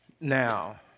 Now